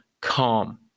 calm